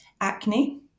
acne